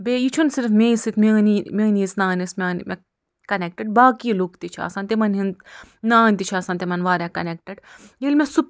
بیٚیہِ یہِ چھُنہٕ صِرف مے سۭتۍ میٛٲنی میٛٲنی یٲژ نان ٲس میٛانہِ مےٚ کنٮ۪کٹِڈ باقی لُک تہِ چھِ آسان تِمن ہِنٛد نانۍ تہِ چھِ آسان تِمن وارِیاہ کنٮ۪کٹِڈ ییٚلہِ مےٚ سُہ